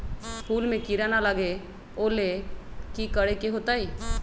फूल में किरा ना लगे ओ लेल कि करे के होतई?